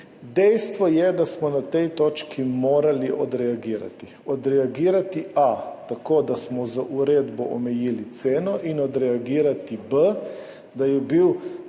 Dejstvo je, da smo na tej točki morali odreagirati. Odreagirati, a, tako da smo z uredbo omejili ceno, in odreagirati, b, da je bil s strani